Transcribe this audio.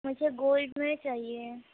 مجھے گولڈ میں چاہیے ہیں